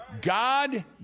God